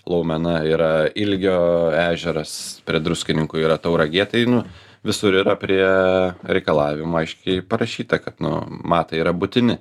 laumena yra ilgio ežeras prie druskininkų yra tauragė tai nu visur yra prie reikalavimų aiškiai parašyta kad nu matai yra būtini